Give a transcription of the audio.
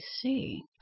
see